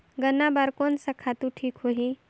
गन्ना बार कोन सा खातु ठीक होही?